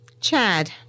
Chad